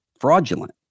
fraudulent